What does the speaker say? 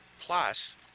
plus